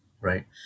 Right